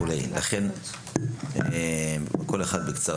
לכן כל אחד ידבר בקצרה.